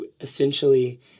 essentially